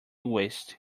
waste